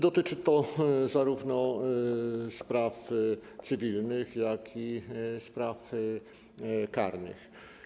Dotyczy to zarówno spraw cywilnych, jak i spraw karnych.